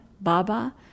Baba